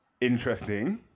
Interesting